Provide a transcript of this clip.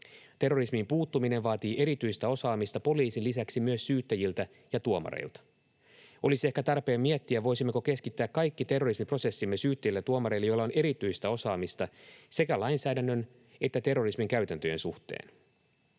Terrorismiin puuttuminen vaatii erityistä osaamista poliisin lisäksi myös syyttäjiltä ja tuomareilta. Olisi ehkä tarpeen miettiä, voisimmeko keskittää kaikki terrorismiprosessimme syyttäjille ja tuomareille, joilla on erityistä osaamista sekä lainsäädännön että terrorismin käytäntöjen suhteen.